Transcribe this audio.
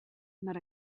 not